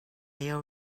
your